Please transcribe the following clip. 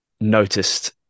noticed